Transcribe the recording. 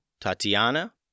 Tatiana